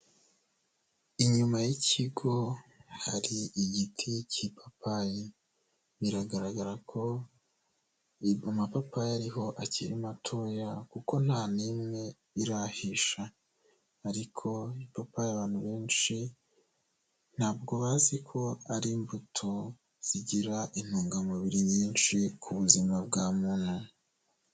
Inyuma y'ikigo hari igiti cy'ipapayi, biragaragara ko amapapayi ariho akiri matoya kuko nta n'imwe irahisha ariko ipapayi abantu benshi ntabwo bazi ko ari imbuto zigira intungamubiri nyinshi ku buzima bwa muntu.